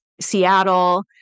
Seattle